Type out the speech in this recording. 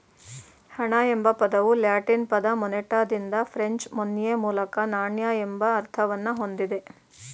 ಹಣ ಎಂಬ ಪದವು ಲ್ಯಾಟಿನ್ ಪದ ಮೊನೆಟಾದಿಂದ ಫ್ರೆಂಚ್ ಮೊನ್ಯೆ ಮೂಲಕ ನಾಣ್ಯ ಎಂಬ ಅರ್ಥವನ್ನ ಹೊಂದಿದೆ